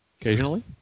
Occasionally